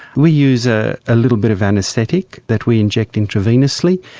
we use a ah little bit of anaesthetic that we inject intravenously,